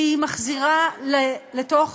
שהיא מחזירה לתוך